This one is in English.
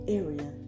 area